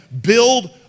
build